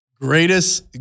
greatest